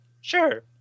Sure